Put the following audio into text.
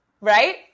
right